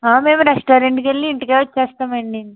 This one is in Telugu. మేము రెస్టారెంట్కు వెళ్ళి ఇంటికి వెళ్ళి వస్తాం అండి ఇంకా